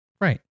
Right